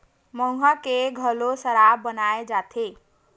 मउहा के घलोक सराब बनाए जाथे